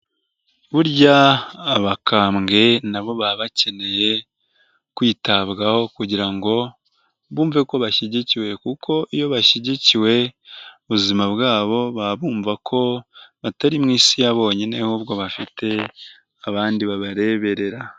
Burya abakambwe na bo baba bakeneye kwitabwaho kugira ngo bumve ko bashyigikiwe kuko iyo bashyigikiwe ubuzima bwabo baba bumva ko batari mu isi ya bonyine ahubwo bafite abandi babareberera.